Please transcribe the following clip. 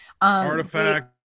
Artifact